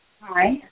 Hi